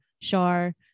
Shar